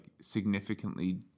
significantly